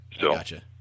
Gotcha